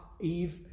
eve